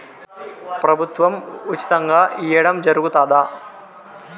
ప్రభుత్వం ఉచితంగా ఇయ్యడం జరుగుతాదా?